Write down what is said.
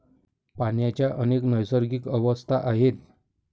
पाण्याच्या अनेक नैसर्गिक अवस्था आहेत